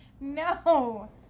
no